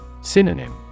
Synonym